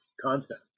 content